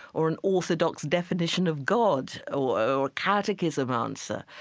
or an orthodox definition of god, or a catechism answer,